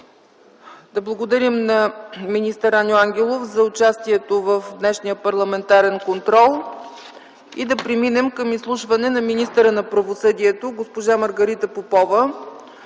Да благодарим на министър Аню Ангелов за участието в днешния парламентарен контрол. Да преминем към изслушване на министъра на правосъдието госпожа Маргарита Попова,